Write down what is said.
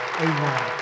Amen